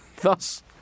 Thus